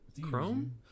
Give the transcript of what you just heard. Chrome